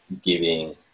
giving